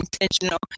intentional